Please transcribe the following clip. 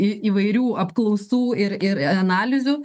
į įvairių apklausų ir ir analizių